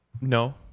No